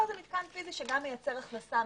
פה זה מתקן פיזי שגם מייצר הכנסה.